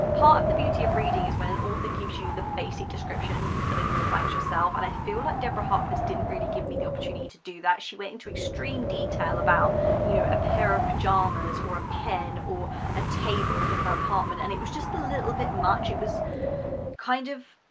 part of the beauty of reading is when an author gives you the basic description and you fill in all the blanks yourself and i feel like deborah harkness didn't really give me the opportunity to do that she went into extreme detail about you know a pair of pajamas or a pen or a table in her apartment and it was just a little bit much it was kind of.